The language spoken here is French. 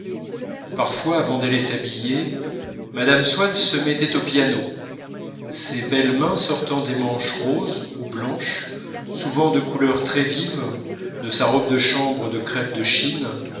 parfois avant d'aller s'habiller mme swann se mettait au piano ses belles mains sortant des manches roses ou blanches souvent de couleurs très vives de sa robe de chambre de crêpe de chine